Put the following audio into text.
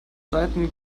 seiten